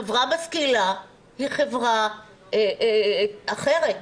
חברה משכילה היא חברה אחרת.